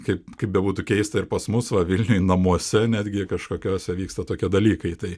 kaip kaip bebūtų keista ir pas mus va vilniuj namuose netgi kažkokiose vyksta tokie dalykai tai